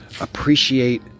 appreciate